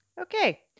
Okay